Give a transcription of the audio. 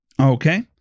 Okay